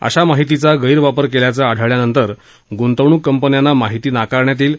अशा माहितीचा गैरवापर केल्याचं आढळल्यास गुंतवणूक कपन्यांना माहिती नाकारण्यात येईल